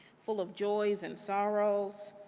full of joys and sorrows,